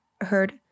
heard